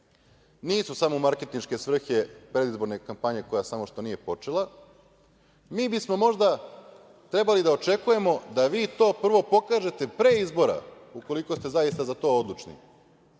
nisu samo u marketinške svrhe predizborne kampanje koja samo što nije počela, mi bismo možda trebali da očekujemo da vi prvo pokažete pre izbora koliko ste zaista za to odlučni